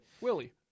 Willie